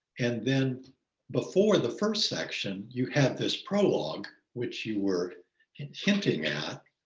and then before the first section, you have this prologue, which you were and hinting at.